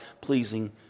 pleasing